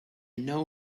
know